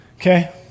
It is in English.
Okay